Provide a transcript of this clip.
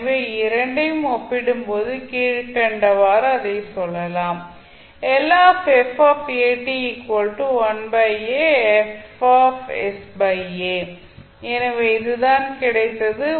எனவே இவை இரண்டையும் ஒப்பிடும்போது கீழ்கண்டவாறு அதை சொல்லலாம் எனவே இதுதான் கிடைத்தது